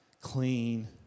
clean